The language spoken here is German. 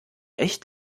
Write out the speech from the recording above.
echt